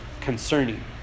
concerning